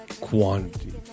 quantity